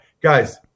Guys